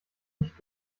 nicht